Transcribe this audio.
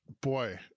boy